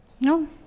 No